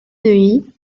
neuilly